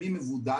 מי מבודד?